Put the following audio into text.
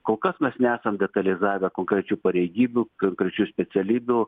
kol kas mes nesam detalizavę konkrečių pareigybių konkrečių specialybių